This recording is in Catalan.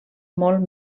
molt